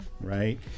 right